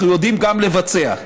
אנחנו יודעים גם לבצע.